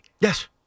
Yes